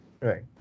Right